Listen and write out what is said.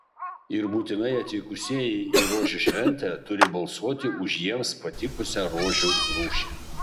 ir būtinai atvykusieji į rožių šventę turi balsuoti už jiems patikusią rožių rūšį